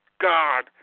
God